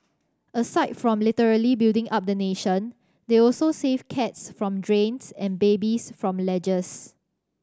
aside from literally building up the nation they also save cats from drains and babies from ledges